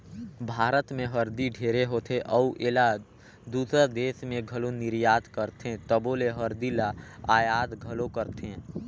भारत में हरदी ढेरे होथे अउ एला दूसर देस में घलो निरयात करथे तबो ले हरदी ल अयात घलो करथें